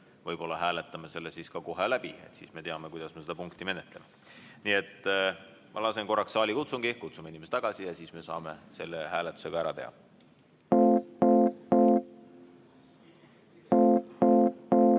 võib-olla hääletame selle siis ka kohe läbi, siis me teame, kuidas me seda punkti menetleme. Nii et ma lasen korraks saalikutsungit, kutsume inimesed tagasi ja siis me saame selle hääletuse ka ära teha.